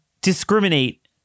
discriminate